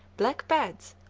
black pads,